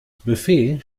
buffet